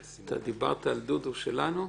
אתה דיברת על דודו שלנו?